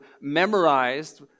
memorized